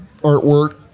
artwork